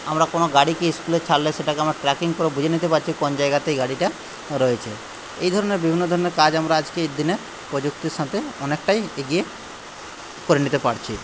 আমরা কোনো গাড়িকে স্কুলে ছাড়লে সেটাকে আমরা ট্র্যাকিং করে বুঝে নিতে পারছি কোন জায়গাতে গাড়িটা রয়েছে এই ধরনের বিভিন্ন ধরনের কাজ আমরা আজকের দিনে প্রযুক্তির সাথে অনেকটাই এগিয়ে করে নিতে পারছি